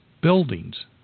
buildings